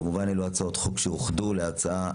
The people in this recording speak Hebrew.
כמובן אלו הצעות חוק שאוחדו להצעה